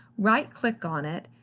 right click on it,